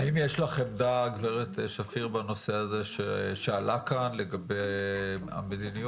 האם יש לך עמדה בנושא הזה שעלה כאן לגבי המדיניות?